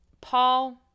Paul